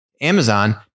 Amazon